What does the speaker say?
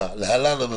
להלן,